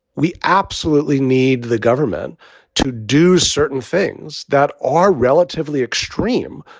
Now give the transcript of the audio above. we absolutely need the government to do certain things that are relatively extreme,